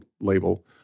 label